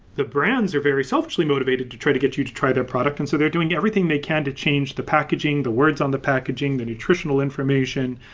the brands are very selfishly motivated to try to get you to try their product, and so they're doing everything they can to change the packaging, the words on the packaging, the nutritional information,